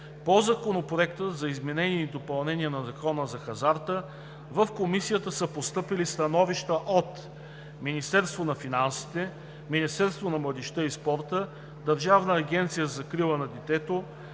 По Законопроекта за изменение и допълнение на Закона за хазарта в Комисията са постъпили становища от Министерството на финансите, Министерството на младежта и спорта, Държавната агенция за закрила на детето,